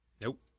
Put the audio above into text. Nope